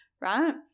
right